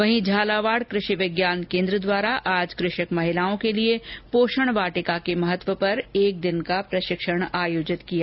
वहीं झालावाड़ कृषि विज्ञान केन्द्र द्वारा आज कृषक महिलाओं के लिए पोषण वाटिका के महत्व पर एक दिन का प्रशिक्षण आयोजित किया गया